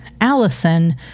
Allison